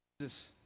Jesus